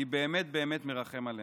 אני באמת באמת מרחם עליהם.